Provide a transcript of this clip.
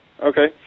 Okay